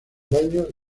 baños